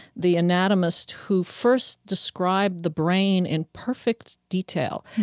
the anatomist who first described the brain in perfect detail.